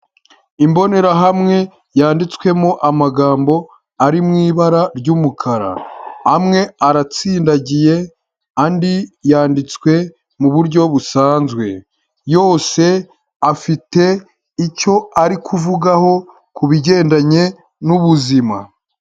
Imbonerahamwe yanditswemo amagambo ari mu ibara ry'umukara, amwe aratsindagiye andi yanditswe mu buryo busanzwe, yose afite icyo ari kuvugaho kubigendanye n'ubuzima.